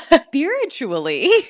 spiritually